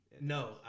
No